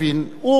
הוא רואה.